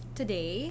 today